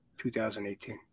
2018